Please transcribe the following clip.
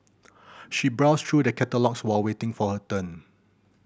she browsed through the catalogues while waiting for her turn